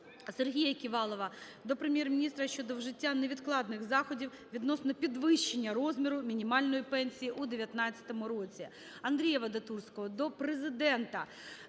Сергія Ківалова до Прем'єр-міністра щодо вжиття невідкладних заходів відносно підвищення розміру мінімальної пенсії у 2019 році. Андрія Вадатурського до президента